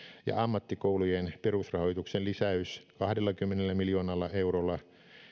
ja ammattikoulujen perusrahoituksen lisäys kahdellakymmenellä miljoonalla eurolla